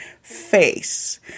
face